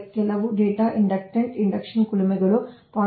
ಕೆಲವು data inductant induction ಕುಲುಮೆಗಳು 0